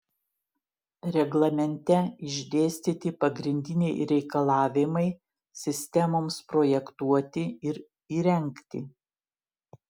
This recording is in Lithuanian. reglamente išdėstyti pagrindiniai reikalavimai sistemoms projektuoti ir įrengti